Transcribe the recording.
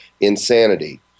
insanity